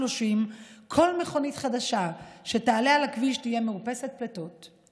כל מכונית חדשה שתעלה על הכביש תהיה מאופסת פליטות.